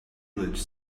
village